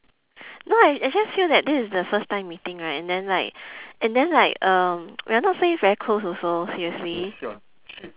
no I I just feel like this is the first time meeting right and then like and then like uh we're not say very close also seriously